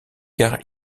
car